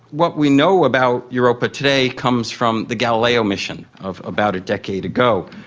what we know about europa today comes from the galileo mission of about a decade ago,